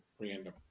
random